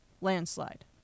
landslide